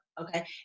Okay